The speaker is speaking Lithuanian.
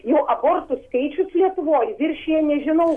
jo abortų skaičius lietuvoj viršija nežinau